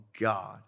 God